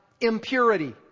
impurity